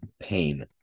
pain